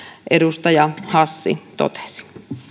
edustaja hassi totesi